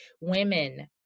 Women